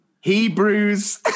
Hebrews